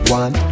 one